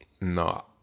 No